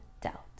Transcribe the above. Doubt